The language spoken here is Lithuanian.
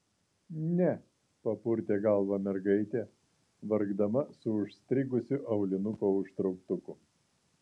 ne papurtė galvą mergaitė vargdama su užstrigusiu aulinuko užtrauktuku